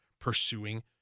pursuing